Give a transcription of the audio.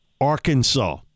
Arkansas